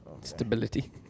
Stability